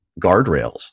guardrails